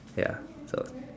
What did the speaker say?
ya so